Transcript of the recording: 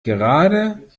gerade